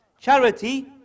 Charity